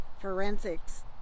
forensics